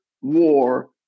war